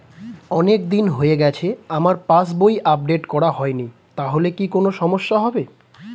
অনেকদিন হয়ে গেছে আমার পাস বই আপডেট করা হয়নি তাহলে কি কোন সমস্যা হবে?